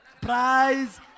Prize